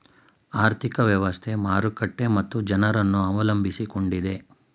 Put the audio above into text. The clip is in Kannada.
ಆರ್ಥಿಕ ವ್ಯವಸ್ಥೆ, ಮಾರುಕಟ್ಟೆ ಮತ್ತು ಜನರನ್ನು ಅವಲಂಬಿಸಿಕೊಂಡಿದೆ